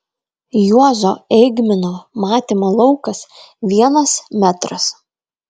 juozo eigmino matymo laukas vienas metras